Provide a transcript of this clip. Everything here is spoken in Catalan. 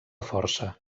força